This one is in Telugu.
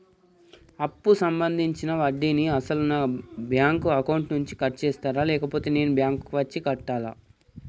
అప్పు సంబంధించిన వడ్డీని అసలు నా బ్యాంక్ అకౌంట్ నుంచి కట్ చేస్తారా లేకపోతే నేను బ్యాంకు వచ్చి కట్టాలా?